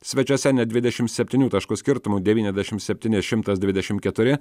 svečiuose net dvidešim septynių taškų skirtumu devyniasdešim septyni šimtas dvidešim keturi